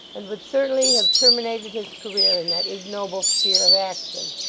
and would certainly have terminated his career in that ignoble sphere of action.